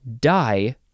die